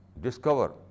discover